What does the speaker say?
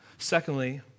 Secondly